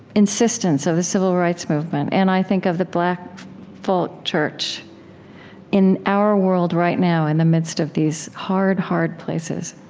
insistence, of the civil rights movement, and i think of the black folk church in our world right now, in and the midst of these hard, hard places